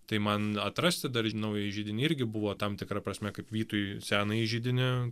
tai man atrasti dar naująjį židinį irgi buvo tam tikra prasme kaip vytui senąjį židinį